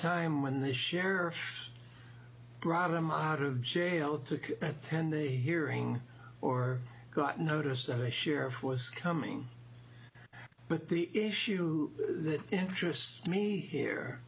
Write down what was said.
time when the sheriff's brought him out of jail to attend the hearing or got notice that the sheriff was coming but the issue that interests me here